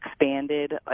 expanded